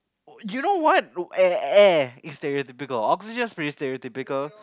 you know what air air is stereotypical oxygen is pretty stereotypical